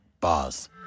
bars